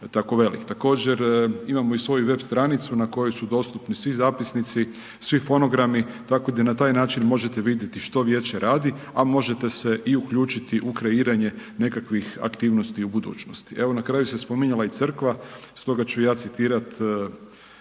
Također, imamo i svoju web stranicu, na kojem su dostupni svi zapisnici, svi fonogrami, tako da i na taj način možete vidjeti što Vijeće radi, a možete se i uključiti i u kreiranje nekakvih aktivnosti u budućnosti. Evo, na kraju se spominjala i crkva, stoga ću ja citirati